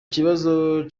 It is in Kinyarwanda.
kibazo